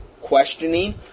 Questioning